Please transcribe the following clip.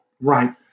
Right